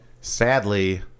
Sadly